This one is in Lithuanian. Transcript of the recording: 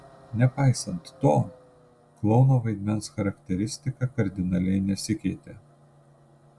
nepaisant to klouno vaidmens charakteristika kardinaliai nesikeitė